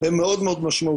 הן מאוד משמעותיות,